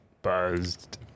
buzzed